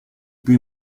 più